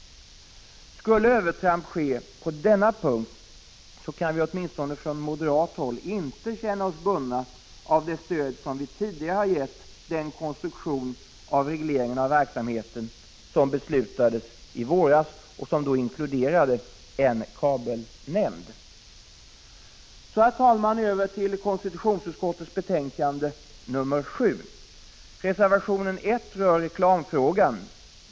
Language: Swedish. Skulle övertramp ske på denna punkt kan vi åtminstone från moderat håll inte känna oss bundna av det stöd vi tidigare gett den konstruktion av regleringen av verksamheten som nu är beslutad. Så, herr talman, över till konstitutionsutskottets betänkande 7. Reservationen 1 rör reklamfrågan.